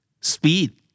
Speed